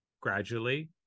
Gradually